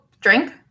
drink